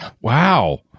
wow